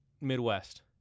Midwest